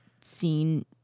seen